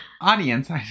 audience